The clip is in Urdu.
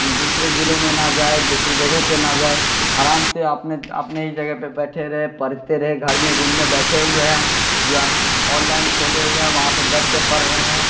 دوسرے ضلعوں میں نہ جائے دوسری جگہ پہ نہ جائے آرام سے آپ نے اپنے ہی جگہ پہ بیٹھے رہے پڑھتے رہے گھر میں روم میں بیٹھے ہوئے ہیں جو آن لائن کھولے ہوئے ہیں وہاں پہ بیٹھ کے پڑھ رہے ہیں